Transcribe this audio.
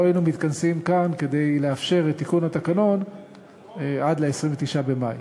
לא היינו מתכנסים כאן כדי לאפשר את תיקון התקנון עד ל-29 במאי.